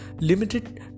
Limited